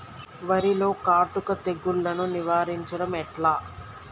వరిలో కాటుక తెగుళ్లను నివారించడం ఎట్లా?